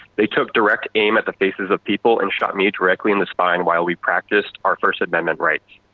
they took direct aim at the faces of people and shot me directly in the spine while we practiced our first amendment rights.